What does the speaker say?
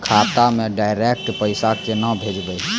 खाता से डायरेक्ट पैसा केना भेजबै?